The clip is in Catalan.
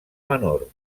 menor